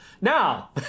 Now